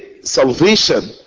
Salvation